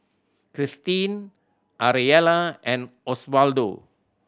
Kristine Ariella and Oswaldo